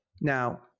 Now